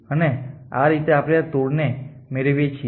અને આ રીતે આપણે આ ટૂર મેળવીએ છીએ